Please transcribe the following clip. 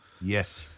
Yes